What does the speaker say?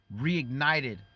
reignited